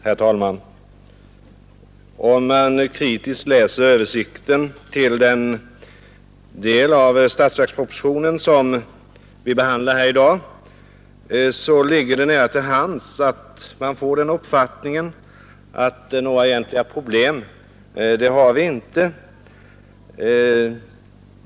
Herr talman! Om man kritiskt läser översikten till den del av statsverkspropositionen som vi behandlar här i dag, ligger det nära till hands att man får den uppfattningen, att vi inte har några egentliga problem.